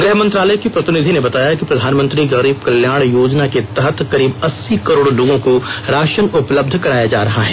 गृह मंत्रालय की प्रतिनिधि ने बताया कि प्रधानमंत्री गरीब कल्याण योजना के तहत करीब अस्सी करोड़ लोगो को राशन उपलब्ध कराया जा रहा है